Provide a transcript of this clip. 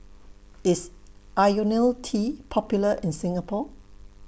IS Ionil T Popular in Singapore